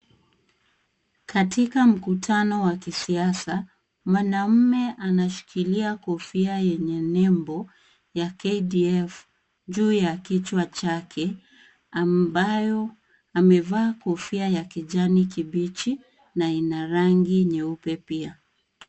Katika mkutano wa kisiasa, mwanaume anashikilia kofia yenye nembo ya KDF juu ya kichwa chake, ambayo amevaa kofia ya kijani kibichi na ina rangi nyeupe pia.